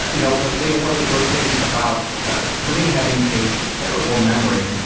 you know, lia, one of the great things about, uh for me, having a terrible memory,